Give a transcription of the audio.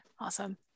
Awesome